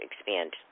expand